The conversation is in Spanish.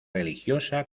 religiosa